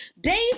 Days